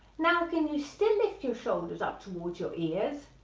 now can you still lift your shoulders up towards your ears,